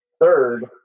Third